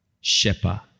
shepherd